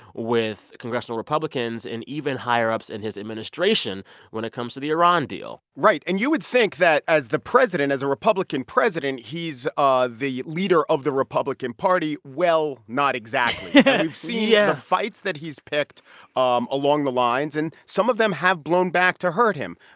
with congressional republicans and even higher-ups in his administration when it comes to the iran deal right. and you would think that, as the president, as a republican president, he's ah the leader of the republican party. well, not exactly yeah now, you've seen the yeah fights that he's picked um along the lines. and some of them have blown back to hurt him.